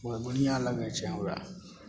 बड़ा बढ़िआँ लागै छै हमरा